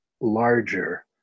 larger